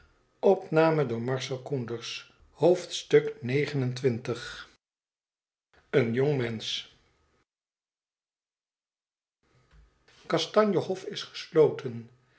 een jong mensch kastanje hof is gesloten